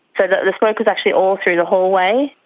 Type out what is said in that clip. so that the smoke was actually all through the hallway,